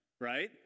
right